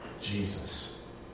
Jesus